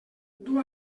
duu